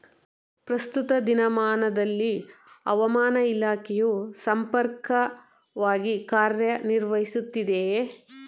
ಪ್ರಸ್ತುತ ದಿನಮಾನದಲ್ಲಿ ಹವಾಮಾನ ಇಲಾಖೆಯು ಸಮರ್ಪಕವಾಗಿ ಕಾರ್ಯ ನಿರ್ವಹಿಸುತ್ತಿದೆಯೇ?